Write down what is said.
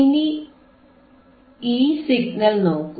ഇനി ഈ സിഗ്നൽ നോക്കൂ